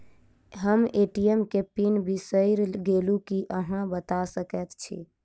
हम ए.टी.एम केँ पिन बिसईर गेलू की अहाँ बता सकैत छी?